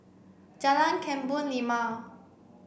Jalan Kebun Limau